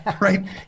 right